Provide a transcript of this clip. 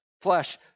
flesh